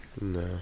No